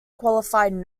qualified